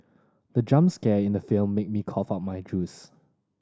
the jump scare in the film made me cough out my juice